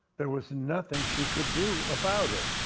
there was nothing she could do about it.